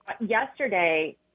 Yesterday